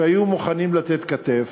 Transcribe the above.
שהיו מוכנים לתת כתף,